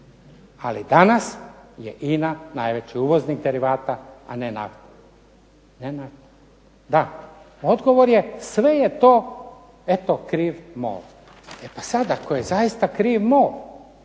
Ali danas je INA najveći uvoznik derivata, a ne nafte, ne nafte. Da, odgovor je sve je to eto kriv MOL. E pa sad, ako je zaista kriv MOL